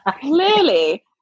clearly